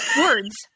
Words